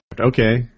Okay